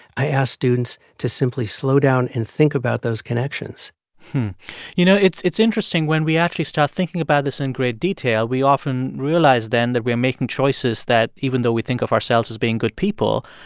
i ask students to simply slow down and think about those connections you know, it's it's interesting. when we actually start thinking about this in great detail, we often realize, then, that we are making choices that, even though we think of ourselves as being good people,